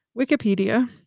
Wikipedia